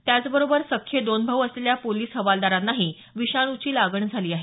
त्याचबरोबर सख्खे दोन भाऊ असलेल्या पोलिस हवालदारांनाही विषाणूची लागण झाली आहे